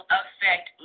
affect